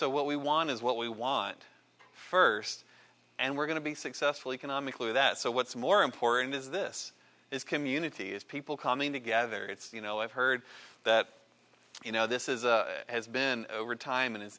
so what we want is what we want first and we're going to be successful economically that so what's more important is this is community is people coming together it's you know i've heard that you know this is a has been over time and